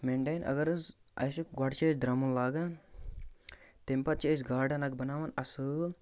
maintain اَگر حظ اَسہِ گۄڈٕ چھِ أسۍ درٛمُن لاگان تَمہِ پَتہٕ چھِ أسۍ گارڈَن اَکھ بَناوان اَصٕل